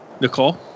Nicole